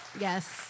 Yes